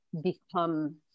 become